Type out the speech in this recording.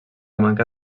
manca